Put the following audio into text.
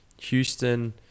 Houston